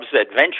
adventure